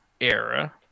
era